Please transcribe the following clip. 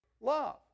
love